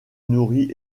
nourrit